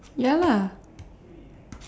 ya lah